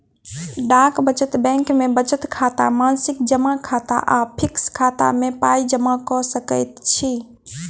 डाक बचत बैंक मे बचत खाता, मासिक जमा खाता आ फिक्स खाता मे पाइ जमा क सकैत छी